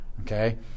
Okay